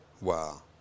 Wow